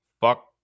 fuck